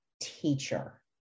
teacher